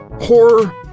horror